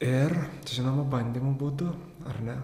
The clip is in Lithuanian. ir žinoma bandymų būdu ar ne